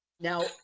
Now